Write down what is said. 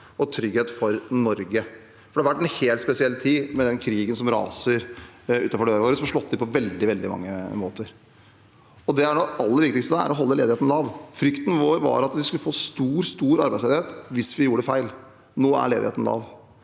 og trygghet for Norge. Det har vært en helt spesiell tid med den krigen som raser utenfor døren vår, og som har slått inn på veldig, veldig mange måter. Det aller viktigste er å holde ledigheten lav. Frykten vår var at vi skulle få stor, stor arbeidsledighet hvis vi gjorde feil. Nå er ledigheten lav.